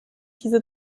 diese